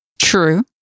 True